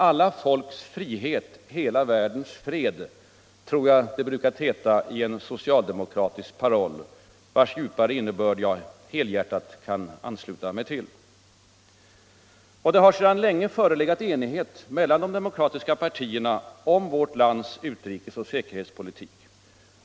”Alla folks frihet — hela världens fred”, tror jag det brukar heta i en socialdemokratisk paroll, vars djupare innebörd jag helhjärtat ansluter mig till. Det har sedan länge förelegat enighet mellan de demokratiska partierna om vårt lands utrikes och säkerhetspolitik.